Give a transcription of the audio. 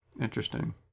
Interesting